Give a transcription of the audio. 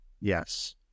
Yes